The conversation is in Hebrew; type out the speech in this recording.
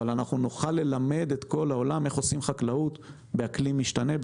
נוכל ללמד את כל העולם איך מפתחים את הענף תחת אקלים משתנה.